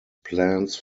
plans